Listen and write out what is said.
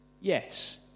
Yes